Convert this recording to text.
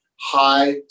high